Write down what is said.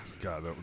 God